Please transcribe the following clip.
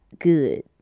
Good